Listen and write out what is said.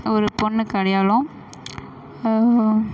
ஒரு பொண்ணுக்கு அடையாளம்